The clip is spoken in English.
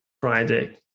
Friday